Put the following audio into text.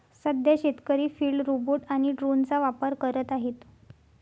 सध्या शेतकरी field robot आणि ड्रोनचा वापर करत आहेत